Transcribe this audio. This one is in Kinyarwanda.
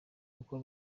uko